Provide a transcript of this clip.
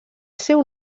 seu